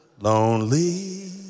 Lonely